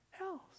else